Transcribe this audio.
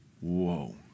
Whoa